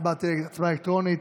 ההצבעה תהיה הצבעה אלקטרונית.